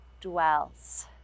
dwells